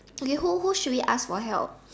okay who who should we ask for help